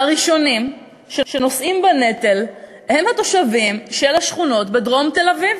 והראשונים שנושאים בנטל הם התושבים של השכונות בדרום תל-אביב.